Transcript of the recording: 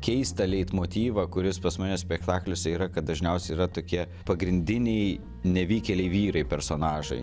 keistą leitmotyvą kuris pas mane spektakliuose yra kad dažniausiai yra tokie pagrindiniai nevykėliai vyrai personažai